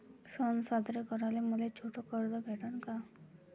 सन साजरे कराले मले छोट कर्ज भेटन का?